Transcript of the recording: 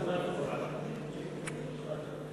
בבקשה, אדוני.